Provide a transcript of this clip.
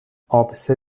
آبسه